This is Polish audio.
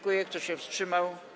Kto się wstrzymał?